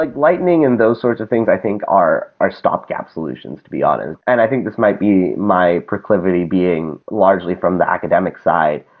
like lightning and those sorts of things i think are are stopgap solutions, to be honest. and i think this might be my proclivity being largely from the academic side.